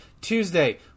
Tuesday